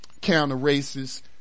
counter-racist